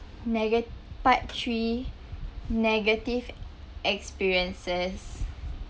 nega~ part three negative experiences